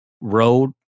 road